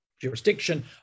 jurisdiction